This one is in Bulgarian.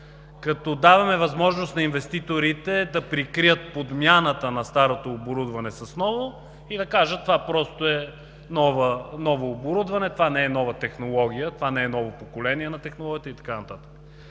като даваме възможност на инвеститорите да прикрият подмяната на старото оборудване с ново и да кажат, че това просто е ново оборудване, това не е нова технология, това не е ново поколение на технологията и така